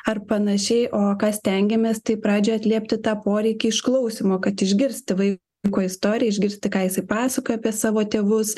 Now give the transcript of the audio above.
ar panašiai o ką stengiamės tai pradžioj atliepti tą poreikį išklausymo kad išgirsti vai ko istoriją išgirsti ką jisai pasakoja apie savo tėvus